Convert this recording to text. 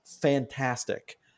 fantastic